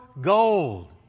gold